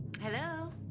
hello